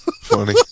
Funny